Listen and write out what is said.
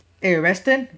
eh western